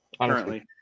Currently